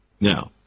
Now